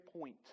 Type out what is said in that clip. point